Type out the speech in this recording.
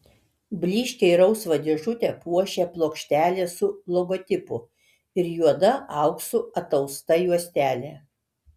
blyškiai rausvą dėžutę puošią plokštelė su logotipu ir juoda auksu atausta juostelė